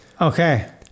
Okay